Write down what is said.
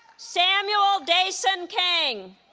samuel daesun kang